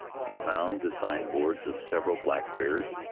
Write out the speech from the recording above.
he found the sign-boards of several blackbears,